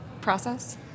process